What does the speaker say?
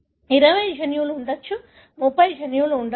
20 జన్యువులు ఉండవచ్చు 30 జన్యువులు ఉండవచ్చు